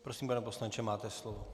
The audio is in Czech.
Prosím, pane poslanče, máte slovo.